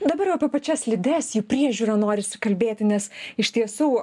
dabar jau apie pačias slides jų priežiūrą norisi kalbėti nes iš tiesų